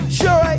sure